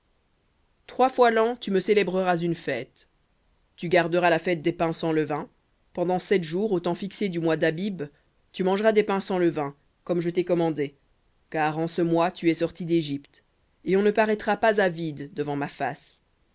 trois fois l'an tu me célébreras une fête tu garderas la fête des pains sans levain pendant sept jours au temps fixé du mois d'abib tu mangeras des pains sans levain comme je t'ai commandé car en ce tu es sorti d'égypte et on ne paraîtra pas à vide devant ma face